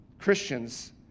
Christians